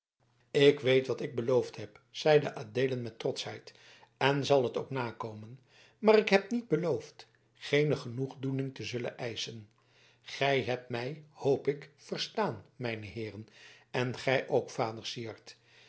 ik weet wat ik beloofd heb zeide adeelen met trotschheid en zal het ook nakomen maar ik heb niet beloofd geene genoegdoening te zullen eischen gij hebt mij hoop ik verstaan mijne heeren en gij